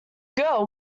girl